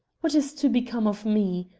what is to become of me?